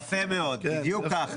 יפה מאוד, בדיוק ככה.